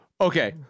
Okay